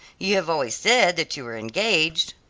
you have always said that you were engaged.